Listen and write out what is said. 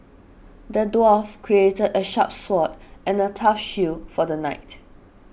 the dwarf crafted a sharp sword and a tough shield for the knight